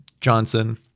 Johnson